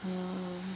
mm